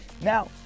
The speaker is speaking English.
Now